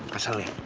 tell he'll